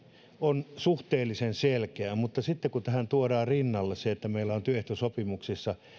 on suhteellisen selkeä mutta kun tähän tuodaan rinnalle se että meillä on työehtosopimuksissa